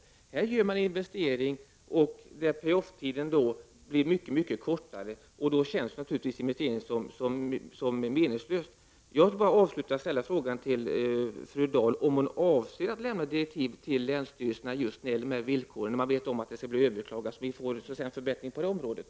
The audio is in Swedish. Nu får man göra en investering med en mycket kortare payoff-tid, och då känns investeringen meningslös. Jag skulle till slut vilja ställa frågan till fru Dahl om hon avser att lämna direktiv till länsstyrelserna beträffande dessa villkor i samband med överklagande, så att vi får en förbättring på det området.